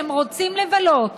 כשהם רוצים לבלות